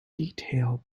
detail